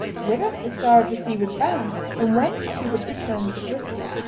whither the star of the sea was bound and whence she would return to bristol.